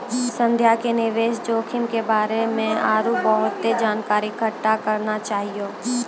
संध्या के निवेश जोखिम के बारे मे आरु बहुते जानकारी इकट्ठा करना चाहियो